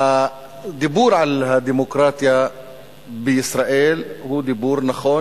שהדיבור על הדמוקרטיה בישראל הוא דיבור נכון